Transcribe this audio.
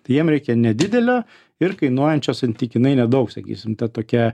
tai jiem reikia nedidelio ir kainuojančio santykinai nedaug sakysim ta tokia